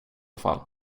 fall